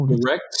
direct